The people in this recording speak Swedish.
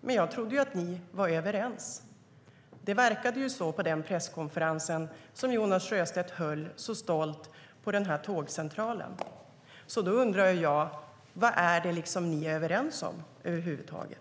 Jag trodde att ni var överens. Det verkade så på den presskonferens som Jonas Sjöstedt så stolt höll på tågcentralen. Då undrar jag: Vad är det ni är överens om egentligen?